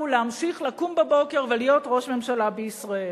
להמשיך לקום בבוקר ולהיות ראש ממשלה בישראל.